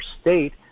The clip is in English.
state